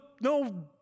no